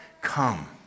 come